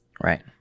Right